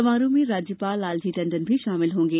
समारोह में राज्यपाल लालजी टण्डन भी शामिल होंगे